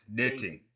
dating